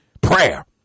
Prayer